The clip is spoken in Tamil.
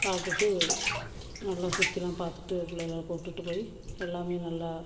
சாப்பிட்டுட்டு நல்லா சுற்றிலாம் பார்த்துட்டு பிள்ளைகளை கூட்டிட்டு போய் எல்லாமே நல்லா